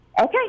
Okay